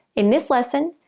in this lesson,